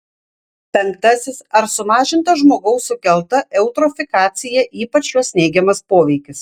penktasis ar sumažinta žmogaus sukelta eutrofikacija ypač jos neigiamas poveikis